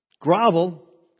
Grovel